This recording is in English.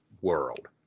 world